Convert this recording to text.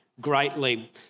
greatly